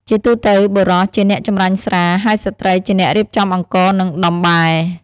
ជាទូទៅបុរសជាអ្នកចម្រាញ់ស្រា ហើយស្ត្រីជាអ្នករៀបចំអង្ករ និងដំបែ។